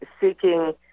seeking